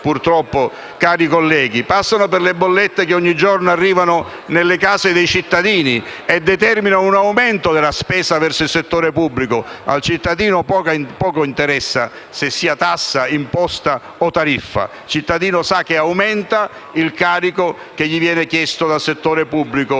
in realtà cari colleghi, sono nelle bollette che ogni giorno arrivano nelle case dei cittadini e che determinano un aumento della spesa verso il settore pubblico. Al cittadino poco interessa che sia tassa, imposta o tariffa: il cittadino sa che aumenta il carico che gli viene chiesto dal settore pubblico